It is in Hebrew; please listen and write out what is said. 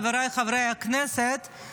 חבריי חברי הכנסת,